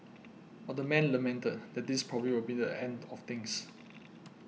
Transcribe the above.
but the man lamented that this probably won't be the end to things